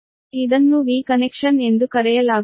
ಇದನ್ನು V connection ಎಂದು ಕರೆಯಲಾಗುತ್ತದೆ